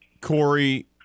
Corey